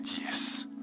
yes